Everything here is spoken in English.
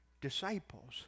disciples